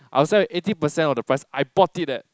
I will sell eighty percent of the price I bought it at